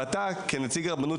ואתה כנציג הרבנות,